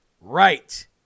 right